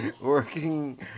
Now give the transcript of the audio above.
Working